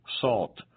salt